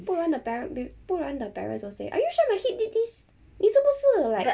不然 the parents b~ 不然 the parents will say are you sure my kid did this 你是不是 like